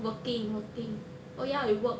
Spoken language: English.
working working oh ya I work